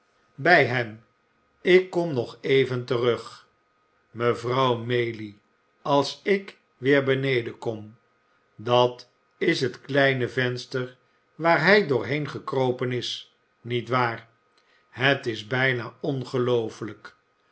bij hem ik kom nog even terug mevrouw maylie als ik weer beneden kom dat is het kleine venster waar hij doorheen gekropen is niet waar het is bijna ongeloofelijk